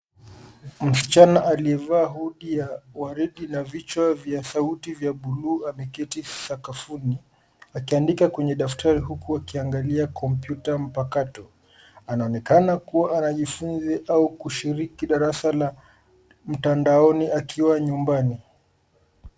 Msichana aliyevaa hoodie ya waridi na vichwa vya sauti vya bluu ameketi sakafuni akiandika kwenye daftari huku akiangalia kompyuta mpakato. Anaonekana kuwa anajifunza au kushiriki darasa la mtandaoni akiwa nyumbani.